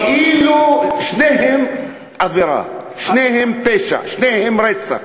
כאילו, שניהם עבירה, שניהם פשע, שניהם רצח.